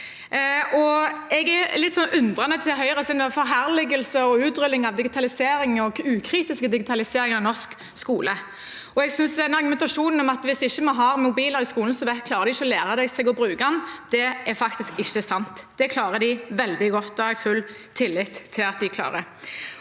Jeg er litt undrende til Høyres forherligelse av utrulling av digitalisering og ukritisk digitalisering av norsk skole. Jeg synes argumentasjonen – at hvis de ikke har mobil i skolen, klarer de ikke å lære seg å bruke den – faktisk ikke er sann. Det klarer de veldig godt, og jeg har full tillit til at de klarer